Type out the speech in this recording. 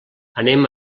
anem